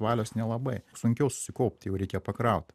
valios nelabai sunkiau susikaupti jau reikia pakraut